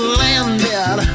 landed